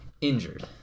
Injured